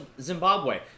Zimbabwe